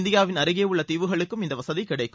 இந்தியாவின் அருகே உள்ள தீவுகளுக்கும் இந்த வசதி கிடைக்கும்